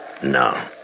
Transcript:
No